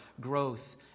growth